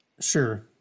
Sure